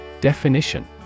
Definition